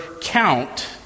count